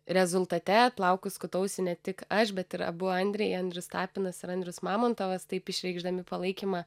rezultate plaukus skutausi ne tik aš bet ir abu andriai andrius tapinas ir andrius mamontovas taip išreikšdami palaikymą